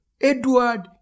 Edward